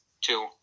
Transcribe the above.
two